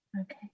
Okay